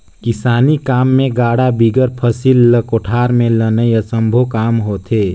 किसानी काम मे गाड़ा बिगर फसिल ल कोठार मे लनई असम्भो काम होथे